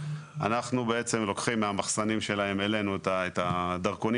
אנחנו לוקחים מהמחסנים שלהם אלינו את הדרכונים